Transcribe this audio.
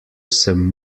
sem